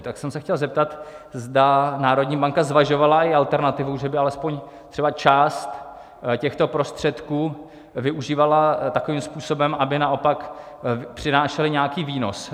Tak jsem se chtěl zeptat, zda národní banka zvažovala i alternativu, že by alespoň třeba část těchto prostředků využívala takovým způsobem, aby naopak přinášely nějaký výnos.